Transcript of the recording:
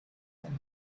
and